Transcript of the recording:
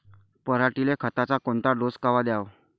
पऱ्हाटीले खताचा कोनचा डोस कवा द्याव?